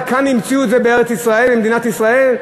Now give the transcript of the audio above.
רק כאן המציאו את זה, בארץ-ישראל, במדינת ישראל?